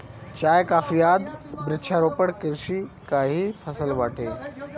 चाय, कॉफी आदि वृक्षारोपण कृषि कअ ही फसल बाटे